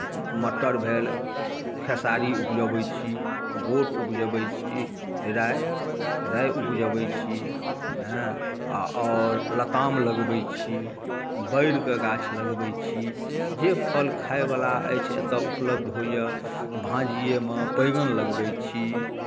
मटर भेल खेसारी उपजबैत छी गोट उपजबै छी राइ राइ उपजबै छी हँ आ आओर लताम लगबै छी बैरके गाछ लगबै छी जे फल खायवला अछि एतय उपलब्ध होइए भाजिएमे बैगन लगबै छी